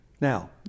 Now